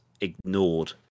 ignored